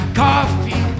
coffee